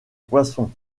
poissons